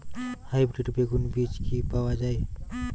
Hybrid বেগুন বীজ কি পাওয়া য়ায়?